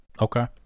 okay